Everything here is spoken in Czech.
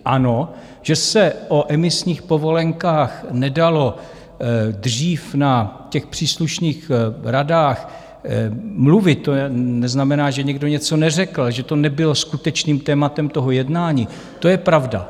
Ano, že se o emisních povolenkách nedalo dřív na těch příslušných radách mluvit, to neznamená, že někdo něco neřekl, ale že to nebylo skutečným tématem jednání, to je pravda.